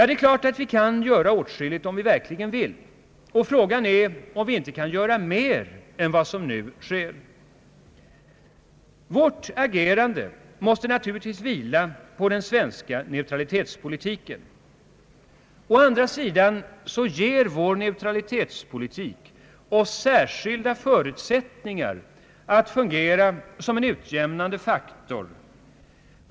Det är klart att vi kan göra åtskilligt om vi verkligen vill, och frågan är om vi inte kan göra mer än vad som nu sker. Vårt agerande måste naturligtvis vila på den svenska neutralitetspolitiken. Å andra sidan ger vår neutralitetspolitik oss särskilda förutsättningar att funge ra som en utjämnande faktor mellan öst och väst.